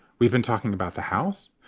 we've been talking about the house.